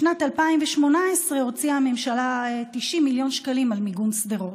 בשנת 2018 הוציאה הממשלה 90 מיליון שקלים על מיגון שדרות.